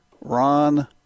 Ron